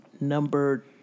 number